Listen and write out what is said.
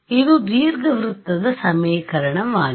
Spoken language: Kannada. ಇದು ದೀರ್ಘವೃತ್ತದ ಸಮೀಕರಣವಾಗಿದೆ